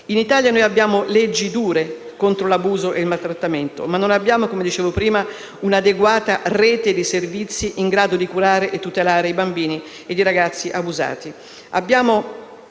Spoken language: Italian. In Italia abbiamo leggi dure contro l'abuso e il maltrattamento, ma non abbiamo - come dicevo prima - un'adeguata rete di servizi in grado di curare e tutelare i bambini e i ragazzi abusati.